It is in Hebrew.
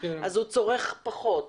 הוא צורך פחות חשמל.